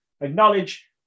acknowledge